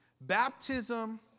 Baptism